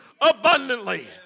abundantly